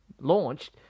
launched